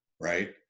right